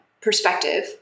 perspective